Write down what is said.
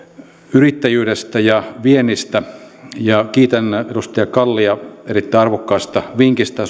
yrittäjyydestä ja viennistä ja kiitän edustaja kallia erittäin arvokkaasta vinkistä